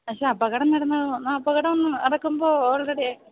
പക്ഷെ അപകടം നടന്ന് അപകടം നടക്കുമ്പോള് ഓൾറെഡി